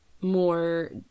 more